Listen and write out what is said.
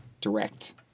direct